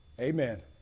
Amen